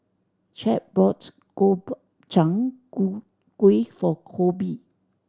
Chadd bought Gobchang gu gui for Coby